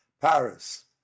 Paris